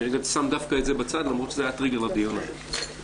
אני רגע שם דווקא את זה בצד למרות שהיה טריגר לדיון הזה.